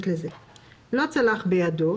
לא צלח בידו,